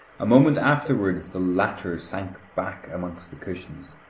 a moment afterwards the latter sank back amongst the cushions,